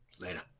Later